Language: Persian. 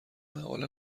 مقاله